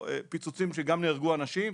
פיצוצים שגם נהרגו אנשים,